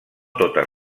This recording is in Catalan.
totes